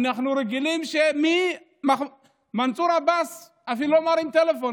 אנחנו רגילים שמנסור עבאס אפילו לא מרים טלפון,